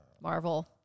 Marvel